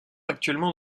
actuellement